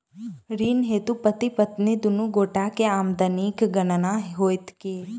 ऋण हेतु पति पत्नी दुनू गोटा केँ आमदनीक गणना होइत की?